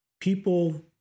People